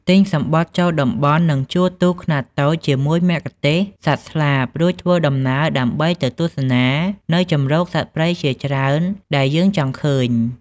ទិញសំបុត្រចូលតំបន់ និងជួលទូកខ្នាតតូចជាមួយមគ្គុទេសក៍សត្វស្លាបរួចធ្វើដំណើរដើម្បីទៅទស្សនានៅជម្រកសត្វព្រៃជាច្រើនដែលយើងចង់ឃើញ។